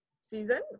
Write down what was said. season